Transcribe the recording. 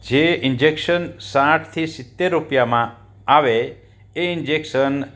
જે ઇન્જેક્શન્સ સાઠથી સિત્તેર રૂપિયામાં આવે એ ઇન્જેકશન